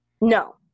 No